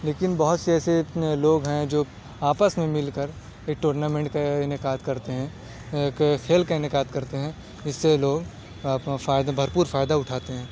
لیکن بہت سے ایسے اتنے لوگ ہیں جو آپس میں مل کر ایک ٹورنامنٹ کا انعقاد کرتے ہیں کھیل کا انعقاد کرتے ہیں اس سے لوگ آپ کا فائدہ بھرپور فائدہ اٹھاتے ہیں